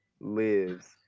lives